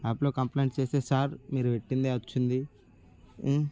యాప్లో కంప్లైంట్ చేస్తే సార్ మీరు పెట్టిందే వచ్చింది